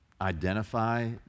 identify